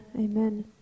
amen